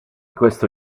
questo